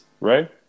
right